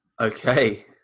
Okay